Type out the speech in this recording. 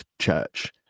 Church